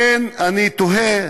לכן אני תוהה